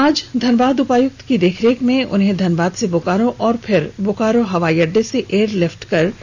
आज धनबाद उपायुक्त की देखरेख में उन्हें धनबाद से बोकारो और फिर बोकारो हवाई अड्डे से एयरलिफ्ट कर हैदराबाद भेजा गया